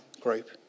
group